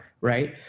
Right